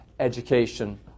Education